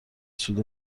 سود